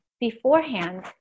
beforehand